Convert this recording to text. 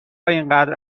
اینقدر